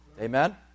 Amen